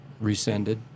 rescinded